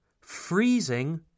freezing